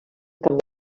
cap